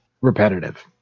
repetitive